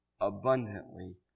abundantly